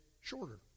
shorter